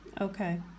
Okay